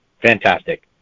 Fantastic